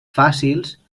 fàcils